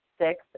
Six